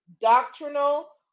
doctrinal